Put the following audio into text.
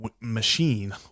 machine